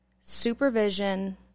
supervision